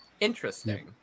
Interesting